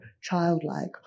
childlike